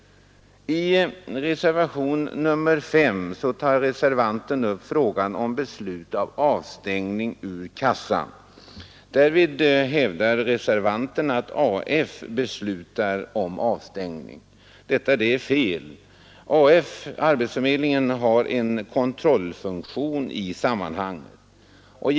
I reservationen 5 tar reservanten upp frågan om beslut om avstängning från kassan. Därvid hävdar reservanten att arbetsförmedlingen beslutar om avstängning. Detta är fel. Arbetsförmedlingen har en kontrollfunktion i sammanhanget.